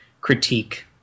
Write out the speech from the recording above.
critique